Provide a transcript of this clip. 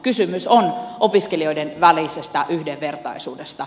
kysymys on opiskelijoiden välisestä yhdenvertaisuudesta